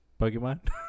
Pokemon